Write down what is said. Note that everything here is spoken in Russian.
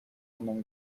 одном